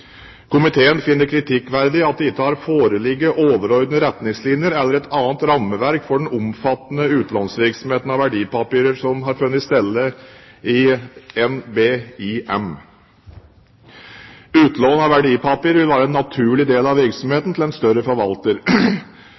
Komiteen finner det kritikkverdig at det ikke har foreligget overordnede retningslinjer eller et annet rammeverk for den omfattende utlånsvirksomheten av verdipapirer som har funnet sted i Norges Bank Investment Management, NBIM. Utlån av verdipapirer vil være en naturlig del av virksomheten til en større forvalter.